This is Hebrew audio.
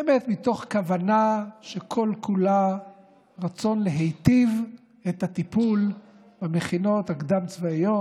באמת מתוך כוונה שכל כולה רצון להיטיב את הטיפול במכינות הקדם-צבאיות,